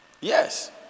Yes